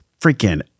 freaking